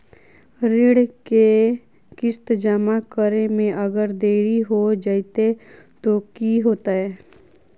ऋण के किस्त जमा करे में अगर देरी हो जैतै तो कि होतैय?